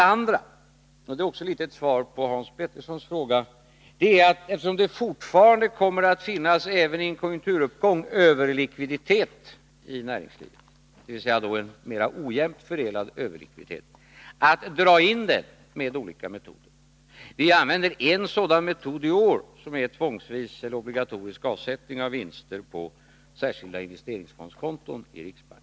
Den andra är — och det är i någon mån också ett svar på Hans Peterssons fråga — att med olika metoder dra in den överlikviditet i näringslivet som också vid en konjunkturuppgång kommer att finnas, även om den är mera ojämnt fördelad. Vi använder en sådan metod i år genom den tvångsvisa eller obligatoriska avsättningen av vinster till särskilda investeringsfondskonton i riksbanken.